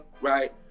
right